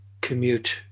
commute